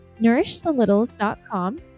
nourishthelittles.com